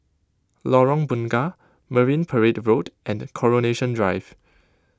Lorong Bunga Marine Parade Road and Coronation Drive